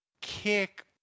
kick